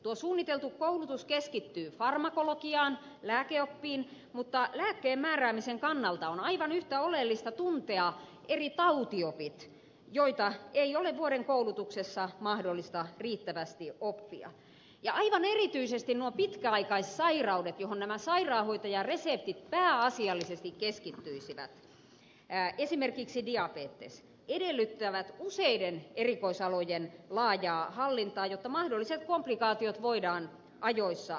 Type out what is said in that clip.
tuo suunniteltu koulutus keskittyy farmakologiaan lääkeoppiin mutta lääkkeen määräämisen kannalta on aivan yhtä oleellista tuntea eri tautiopit joita ei ole vuoden koulutuksessa mahdollista riittävästi oppia ja aivan erityisesti nuo pitkäaikaissairaudet joihin nämä sairaanhoitajareseptit pääasiallisesti keskittyisivät esimerkiksi diabetes edellyttävät useiden erikoisalojen laajaa hallintaa jotta mahdolliset komplikaatiot voidaan ajoissa havaita